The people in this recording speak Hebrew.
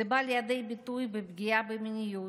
זה בא לידי ביטוי בפגיעה במיניות,